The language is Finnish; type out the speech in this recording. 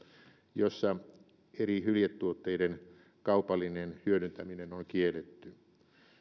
jossa eri hyljetuotteiden kaupallinen hyödyntäminen on kielletty